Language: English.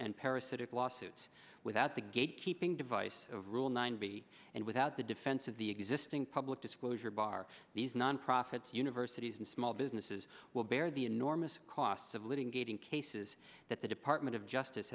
and parasitic lawsuits without the gate keeping device of rule ninety and without the defense of the existing public disclosure bar these nonprofits universities and small businesses will bear the enormous costs of living ating case is that the department of justice